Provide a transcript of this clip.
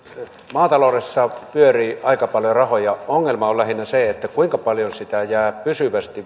maataloudessa pyörii aika paljon rahoja ongelma on lähinnä se kuinka paljon sitä jää tavallaan pysyvästi